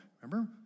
remember